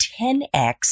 10X